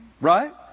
right